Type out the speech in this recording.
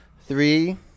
Three